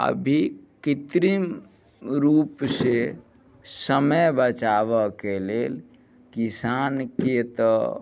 अभी कित्रिम रूपसे समय बचावके लेल किसानके तऽ